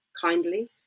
kindly